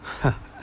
ya